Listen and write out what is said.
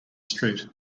street